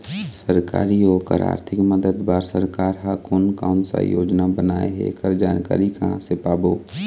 सरकारी अउ ओकर आरथिक मदद बार सरकार हा कोन कौन सा योजना बनाए हे ऐकर जानकारी कहां से पाबो?